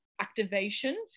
activation